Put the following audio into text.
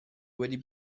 wedi